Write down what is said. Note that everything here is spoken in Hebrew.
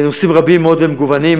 נושאים רבים מאוד ומגוונים,